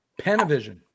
Panavision